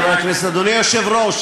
כן, אדוני היושב-ראש,